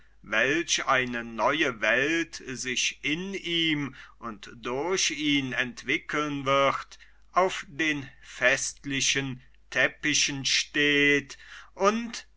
welch eine neue welt sich in ihm und durch ihn entwickeln wird auf den festlichen teppichen steht und